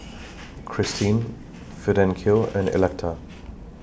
Kristine Fidencio and Electa